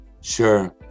Sure